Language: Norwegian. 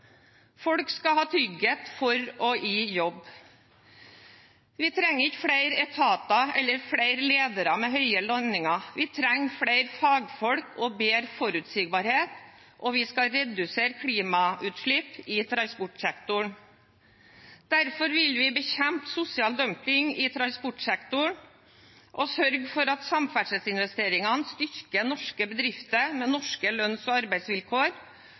Folk skal ha trygghet for og i jobb. Vi trenger ikke flere etater eller flere ledere med høye lønninger, vi trenger flere fagfolk og bedre forutsigbarhet, og vi skal redusere klimautslipp i transportsektoren. Derfor vil vi bekjempe sosial dumping i transportsektoren og sørge for at samferdselsinvesteringene styrker norske bedrifter med norske lønns- og arbeidsvilkår,